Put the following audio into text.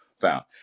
found